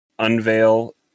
unveil